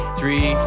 three